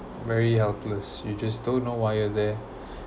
very helpless you just don't know why you're there